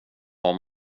har